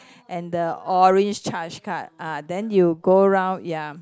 and the orange chas card ah then you go round ya